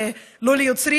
לא ליוצרים,